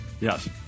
Yes